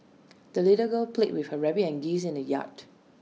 the little girl played with her rabbit and geese in the yard